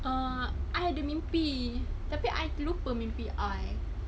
err I ada mimpi tapi I terlupa mimpi I